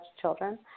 children